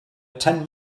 ten